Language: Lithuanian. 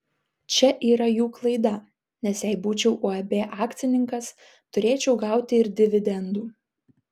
čia yra jų klaida nes jei būčiau uab akcininkas turėčiau gauti ir dividendų